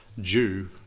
Jew